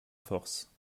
force